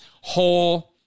whole